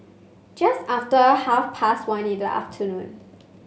just after half past one in the afternoon